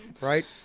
right